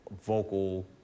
vocal